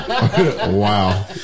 Wow